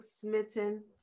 smitten